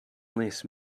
less